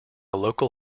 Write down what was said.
local